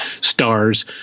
stars